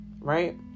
right